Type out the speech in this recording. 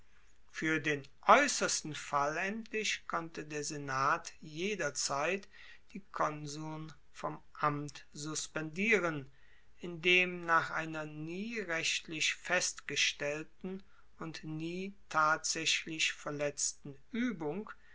fuer den aeussersten fall endlich konnte der senat jederzeit die konsuln vom amt suspendieren indem nach einer nie rechtlich festgestellten und nie tatsaechlich verletzten uebung